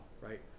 right